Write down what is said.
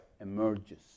emerges